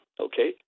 okay